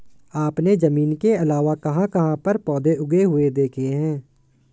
आपने जमीन के अलावा कहाँ कहाँ पर पौधे उगे हुए देखे हैं?